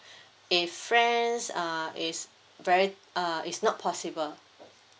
if friends uh it's very uh it's not possible